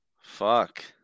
Fuck